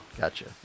Gotcha